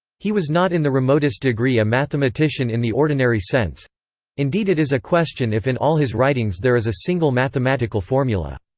he was not in the remotest degree a mathematician in the ordinary sense indeed it is a question if in all his writings there is a single mathematical formula.